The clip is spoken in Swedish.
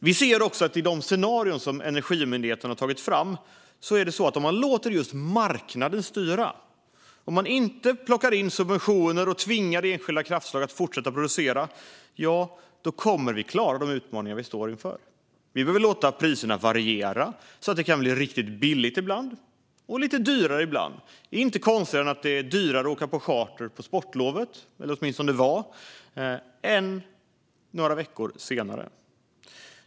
Vi ser i de scenarier som Energimyndigheten har tagit fram att vi, om vi låter just marknaden styra och inte plockar in subventioner och tvingar enskilda kraftslag att fortsätta producera, kommer att klara de utmaningar vi står inför. Vi behöver låta priserna variera så att det kan bli riktigt billigt ibland och lite dyrare ibland. Det är inte konstigare än att det är - eller åtminstone var - dyrare att åka på charter på sportlovet än några veckor senare.